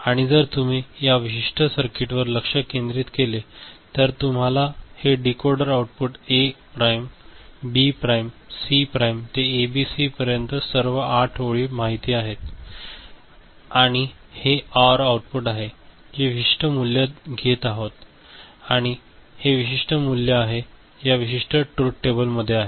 आणि जर तुम्ही या विशिष्ट सर्किटवर लक्ष केंद्रित केले तर हे तुम्हाला हे डीकोडर आउटपुट एक prime B prime C prime ते एबीसी पर्यंत सर्व 8 या ओळी माहित आहेत आणि हे ओर आउटपुट आहे जे विशिष्ट मूल्ये घेत आहेत आणि हे विशिष्ट मूल्ये या विशिष्ट ट्रुथ टेबल मध्ये आहे